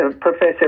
Professor